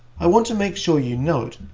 i want to make sure you note,